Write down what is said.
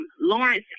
Lawrence